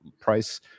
price